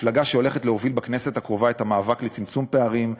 מפלגה שהולכת להוביל בכנסת הקרובה את המאבק לצמצום פערים,